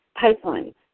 pipeline